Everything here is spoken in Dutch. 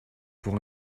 voor